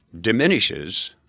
diminishes